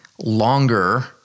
longer